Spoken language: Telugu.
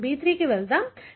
మనం B3 కి వెళ్దాం